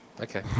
Okay